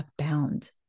abound